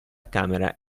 camera